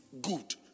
good